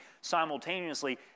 simultaneously